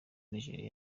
nigeria